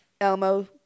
Elmo